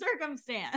circumstance